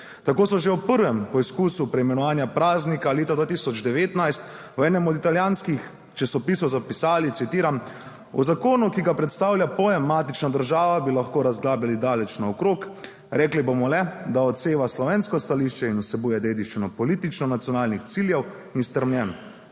Tako so že v prvem poizkusu preimenovanja praznika leta 2019 v enem od italijanskih časopisov zapisali, citiram: »O zakonu, ki ga predstavlja pojem matična država, bi lahko razglabljali daleč naokrog. Rekli bomo le, da odseva slovensko stališče in vsebuje dediščino politično nacionalnih ciljev in stremljenj.«